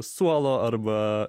suolo arba